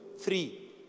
three